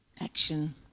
action